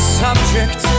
subject